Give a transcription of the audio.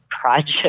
project